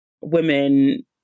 women